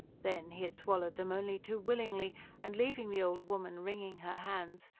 then, he had swallowed them only too willingly and, leaving the old woman wringing her hands,